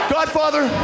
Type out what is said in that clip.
Godfather